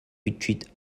retreat